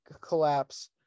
collapse